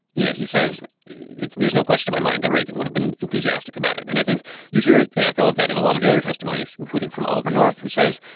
you know, he says there's no question my mind that reagan would've been enthusiastic about it. and i think you hear an echo of that in a lot of the other testimonies, including from oliver north, who says,